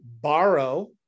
borrow